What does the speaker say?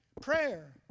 prayer